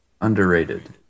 underrated